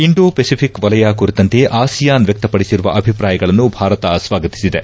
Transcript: Indo Pacific ವಲಯ ಕುರಿತಂತೆ ASEAN ವ್ಯಕ್ತಪಡಿಸಿರುವ ಅಭಿಪ್ರಾಯಗಳನ್ನು ಭಾರತ ಸ್ವಾಗತಿಸಿದೆ